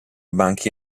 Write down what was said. banchi